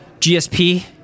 GSP